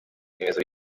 remezo